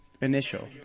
initial